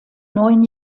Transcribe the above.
neun